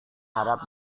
harap